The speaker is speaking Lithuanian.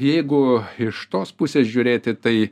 jeigu iš tos pusės žiūrėti tai